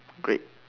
great